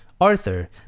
Arthur